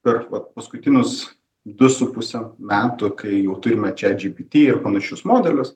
per paskutinius du su puse metų kai jau turime čat džy py tį ir panašius modelius